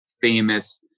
famous